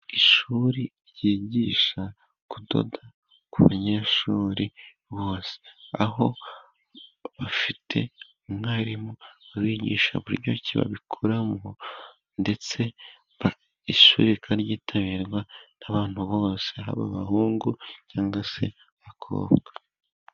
Ishuri ryigisha kudoda ku banyeshuri bose. Aho bafite umwarimu abigisha buri buryo babikoramo, ndetse ishurika ryitabirwa n'abantu bose baba abahungu cyangwa se abakobwa.